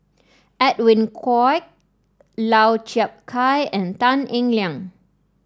Edwin Koek Lau Chiap Khai and Tan Eng Liang